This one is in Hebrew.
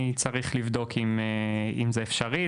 אני צריך לבדוק אם זה אפשרי,